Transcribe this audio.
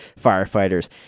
firefighters